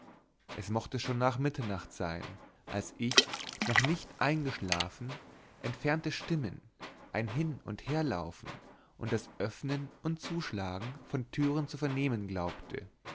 es mochte schon nach mitternacht sein als ich noch nicht eingeschlafen entfernte stimmen ein hin und herlaufen und das öffnen und zuschlagen von türen zu vernehmen glaubte